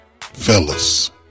Fellas